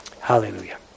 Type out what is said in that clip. Hallelujah